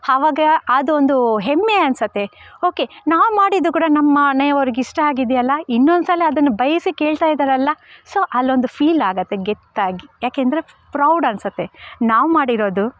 ಆವಾಗ ಅದೊಂದು ಹೆಮ್ಮೆ ಅನ್ಸುತ್ತೆ ಓಕೆ ನಾವು ಮಾಡಿದ್ದು ಕೂಡ ನಮ್ಮನೆಯವ್ರಿಗೆ ಇಷ್ಟ ಆಗಿದೆಯಲ್ಲ ಇನ್ನೊಂದ್ಸಲ ಅದನ್ನು ಬಯಸಿ ಕೇಳ್ತಾಯಿದರಲ್ಲ ಸೊ ಅಲ್ಲೊಂದು ಫೀಲಾಗುತ್ತೆ ಗೆತ್ತಾಗಿ ಏಕೆಂದ್ರೆ ಪ್ರೌಡ್ ಅನ್ಸುತ್ತೆ ನಾವು ಮಾಡಿರೋದು